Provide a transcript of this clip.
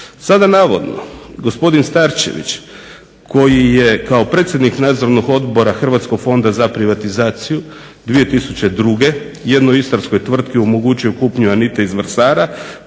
Sada navodno gospodin Starčević koji je kao predsjednik nadzornog odbora Hrvatskog fonda za privatizaciju 2002. jednoj istarskoj tvrtki omogućio kupnju Anita-e iz Vrsara,